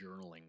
journaling